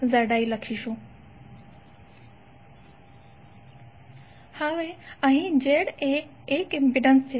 VIZorVZI હવે અહીં Z એ એક ઇમ્પિડન્સ છે